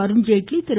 Arun Jaitley Thiru